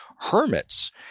hermits